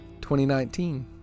2019